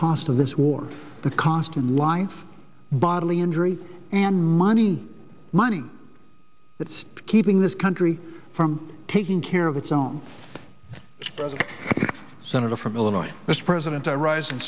cost of this war the cost in line bodily injury and money money that's keeping this country from taking care of its own senator from illinois mr president i rise in